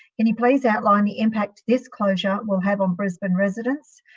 can you please outline the impact this closure will have on brisbane residents,